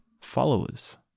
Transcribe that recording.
followers